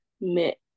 met